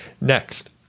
Next